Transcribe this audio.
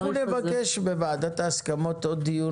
אנחנו נבקש בוועדת ההסכמות עוד דיון